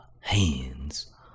hands